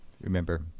Remember